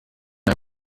der